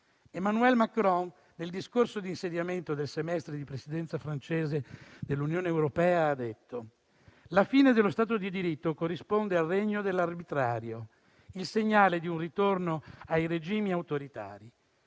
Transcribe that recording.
Emmanuel Macron, nel discorso di insediamento del semestre di Presidenza francese dell'Unione europea ha detto: «La fine dello Stato di diritto corrisponde al regno dell'arbitrario (…) il segnale di un ritorno ai regimi autoritari.